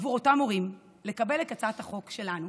עבור אותם הורים, לקבל את הצעת החוק שלנו